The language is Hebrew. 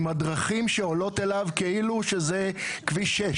עם הדרכים שעולות אליו, כאילו שזה כביש 6